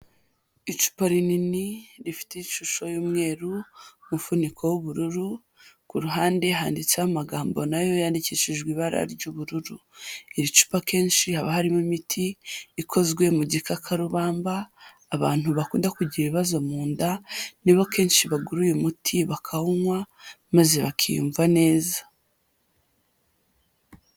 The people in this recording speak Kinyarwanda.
Icupa rinini rifite ishusho y'umweru, umufuniko w'ubururu, ku ruhande handitseho amagambo na yo yandikishijwe ibara ry'ubururu, iri cupa akenshi haba harimo imiti ikozwe mu gikakarubamba, abantu bakunda kugira ibibazo mu nda nibo kenshi bagura uyu umuti bakawunywa maze bakiyumva neza.